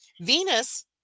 Venus